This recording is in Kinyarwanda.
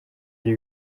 ari